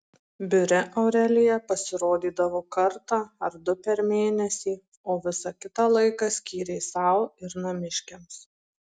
biure aurelija pasirodydavo kartą ar du per mėnesį o visą kitą laiką skyrė sau ir namiškiams